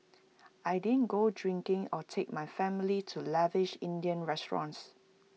I didn't go drinking or take my family to lavish Indian restaurants